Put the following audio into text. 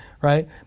Right